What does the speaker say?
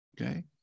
Okay